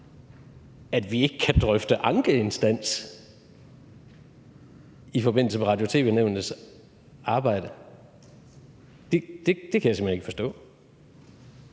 at vi ikke kan drøfte ankeinstans i forbindelse med Radio- og tv-nævnets arbejde? Det kan jeg simpelt hen ikke forstå.